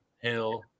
hill